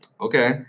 Okay